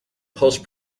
post